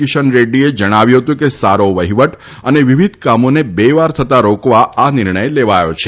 કિશન રેક્રીએ જણાવ્યું હતું કે સારો વહિવટ અને વિવિધ કામોને બે વાર થતા રોકવા આ નિર્ણય લેવાયો છે